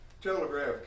telegraph